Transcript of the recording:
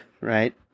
right